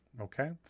Okay